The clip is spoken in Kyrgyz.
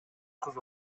кызы